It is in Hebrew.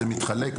זה מתחלק.